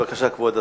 בבקשה, כבוד השר.